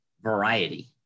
variety